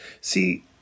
See